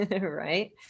Right